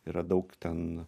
yra daug ten